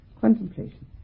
contemplation